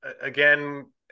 again